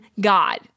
God